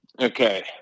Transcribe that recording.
Okay